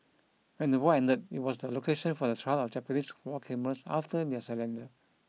when the war ended it was the location for the trial of Japanese war criminals after their surrender